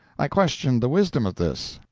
i questioned the wisdom of this.